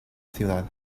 ciudad